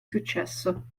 successo